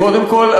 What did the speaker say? קודם כול,